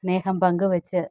സ്നേഹം പങ്കുവെച്ച്